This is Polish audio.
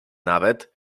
nawet